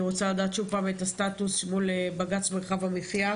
אני רוצה לדעת שוב פעם את הסטטוס מול בג"ץ מרחב המחיה.